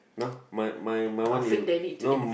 nor my my my one near you nom